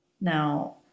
Now